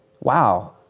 wow